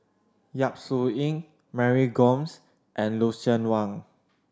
Yap Su Yin Mary Gomes and Lucien Wang